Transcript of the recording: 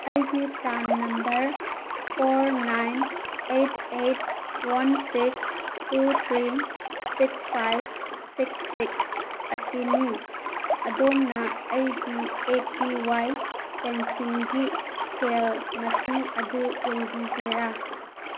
ꯑꯩꯒꯤ PRAN number four nine eight eight one six two three six five six six ꯑꯁꯤꯅꯤ ꯑꯗꯣꯝꯅ ꯑꯩꯒꯤ A P Y ꯄꯦꯟꯁꯤꯟꯒꯤ ꯁꯦꯜ ꯃꯁꯤꯡ ꯑꯗꯨ ꯌꯦꯡꯕꯤꯒꯦꯔꯥ